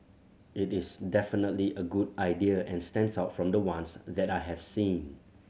it is definitely a good idea and stands out from the ones that I have seen